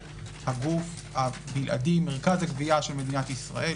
הגוף הבלעדי מרכז לגבייה של מדינת ישראל,